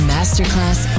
Masterclass